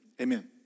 amen